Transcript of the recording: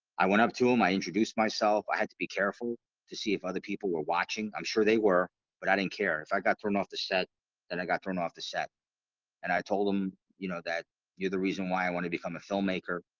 i went up to him. i introduced myself. i had to be careful to see if other people were watching i'm sure they were but i didn't care if i got thrown off the set then i got thrown off the set and i told them you know that you're the reason why i want to become a filmmaker